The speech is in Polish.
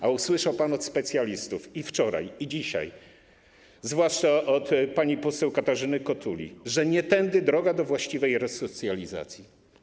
A usłyszał pan od specjalistów i wczoraj, i dzisiaj, zwłaszcza od pani poseł Katarzyny Kotuli, że nie tędy droga do właściwej resocjalizacji.